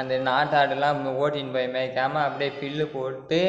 அந்த நாட்டு ஆடுலாம் நம்ம ஓட்டின்னு போய் மேய்க்கமால் அப்படியே புல்லு போட்டு